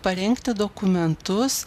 parengti dokumentus